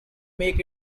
make